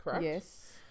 Yes